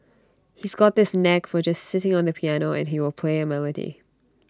he's got this knack for just sitting on the piano and he will play A melody